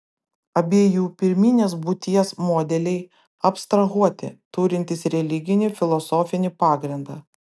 abiejų pirminės būties modeliai abstrahuoti turintys religinį filosofinį pagrindą